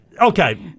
okay